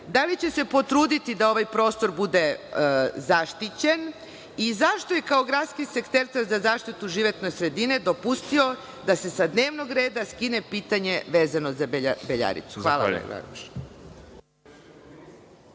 da li će se potruditi da ovaj prostor bude zaštićen i zašto je kao gradske sekretar za zaštitu životne sredine dopustio da se sa dnevnog reda skine pitanje vezano za Beljaricu? Hvala vam.